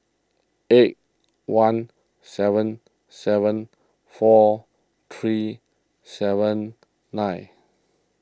eight one seven seven four three seven nine